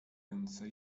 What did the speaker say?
ręce